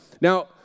Now